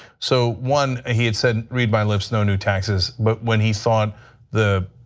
so one, ah he and said read my lips, no new taxes but when he thought the